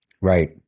Right